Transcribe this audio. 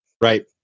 Right